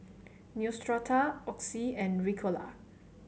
Neostrata Oxy and Ricola